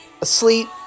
asleep